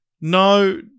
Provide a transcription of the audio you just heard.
no